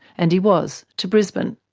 and he was, to brisbane.